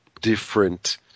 different